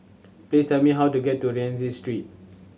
please tell me how to get to Rienzi Street